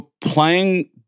playing